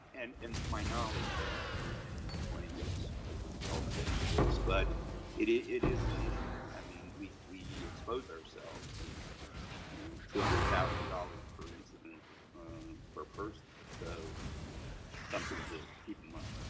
and and to my knowledge, generally, there've been the claims as a result of any of this, but it it is an issue. i mean, we we expose ourselves and two hundred thousand dollars per incident per person. so something to keep in mind.